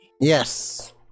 Yes